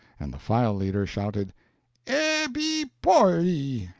and the file-leader shouted ebbi polli,